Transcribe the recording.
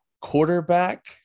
quarterback